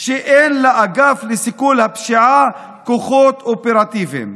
שאין לאגף לסיכול הפשיעה כוחות אופרטיביים